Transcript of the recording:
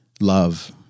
love